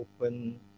open